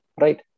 right